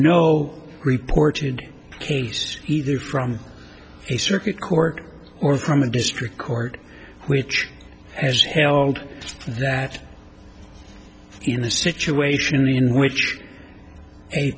no reported case either from a circuit court or from a district court which has held that in the situation in which a